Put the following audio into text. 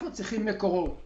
אנחנו צריכים מקורות,